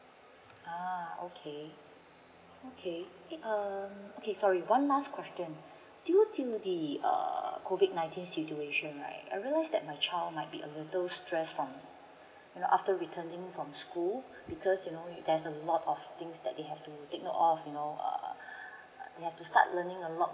a'ah okay okay uh okay sorry one last question due to the err COVID nineteen situation right I realize that my child might be a little stress from after returning from school because you know if there's a lot of things that they have to take note of you know err we have to start learning a lot